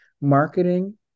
marketing